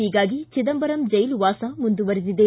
ಹೀಗಾಗಿ ಚಿದಂಬರಂ ಜೈಲುವಾಸ ಮುಂದುವರಿದಿದೆ